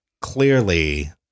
clearly